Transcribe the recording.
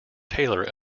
taylor